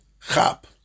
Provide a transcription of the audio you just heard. hop